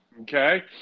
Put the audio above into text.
Okay